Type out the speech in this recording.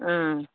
ꯎꯝ